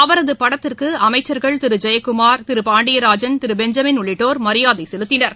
அவரது படத்திற்கு அமைச்சர்கள் திரு ஜெயக்குமார் திரு பாண்டியராஜன் திரு பென்ஜமின் உள்ளிட்டோர் மரியாதை செலுத்தினர்